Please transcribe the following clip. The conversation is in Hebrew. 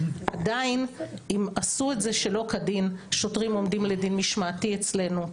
עדיין אם עשו את זה שלא כדין שוטרים עומדים לדין משמעתי אצלנו,